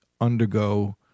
undergo